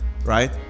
Right